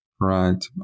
Right